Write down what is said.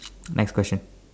next question